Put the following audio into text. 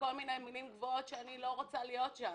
כל מיני מילים גבוהות שאני לא רוצה להיות שם.